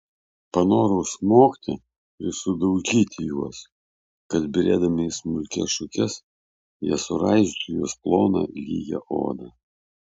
panorau smogti ir sudaužyti juos kad byrėdami į smulkias šukes jie suraižytų jos ploną lygią odą